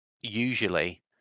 usually